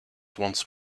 once